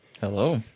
Hello